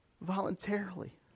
voluntarily